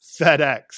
FedEx